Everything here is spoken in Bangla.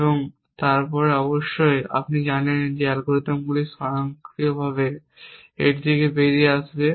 এবং তারপরে অবশ্যই আপনি জানেন অ্যালগরিদমগুলি স্বয়ংক্রিয়ভাবে এটি থেকে বেরিয়ে আসবে